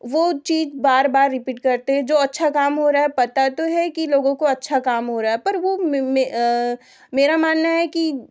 वह चीज़ बार बार रिपिट करते हैं जो अच्छा काम हो रहा है पता तो है कि लोगों को अच्छा काम हो रहा पर वह में में मेरा मानना है कि